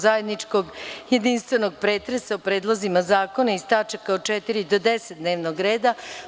zajedničkog jedinstvenog pretresa o predlozima zakona iz tačaka od 4. do 10. dnevnog reda.